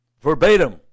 verbatim